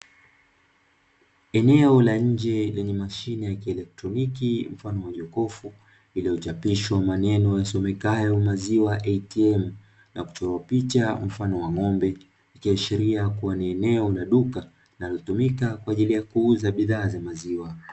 Eneo la nje lenye mashine ya kieletroniki mfano wa jokofu, lililochapishwa maneno yasomekayo "Maziwa ''ATM'' na kuchorwa picha mfano wa ng'ombe, ikiashiria kuwa ni eneo la duka linalotumika kwa ajili ya kuuza bidhaa za maziwa.